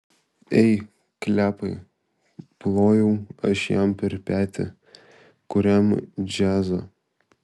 ei klepai plojau aš jam per petį kuriam džiazą